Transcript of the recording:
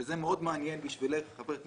זה מאוד מעניין בשבילך חברת